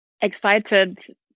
excited